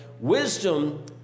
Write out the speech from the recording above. Wisdom